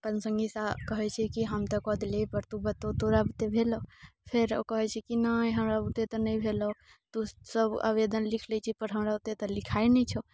अपन संगीसँ कहै छै कि हम तऽ कऽ देलियै पर तू बतो तोरा बूते भेलौ फेर ओ कहै छै कि नहि हमरा बूते तऽ नहि भेलौ तू सभ आवेदन लिख लै छी पर हमरा बूते तऽ लिखाइत नहि छौ